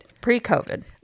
pre-covid